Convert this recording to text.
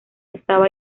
estaba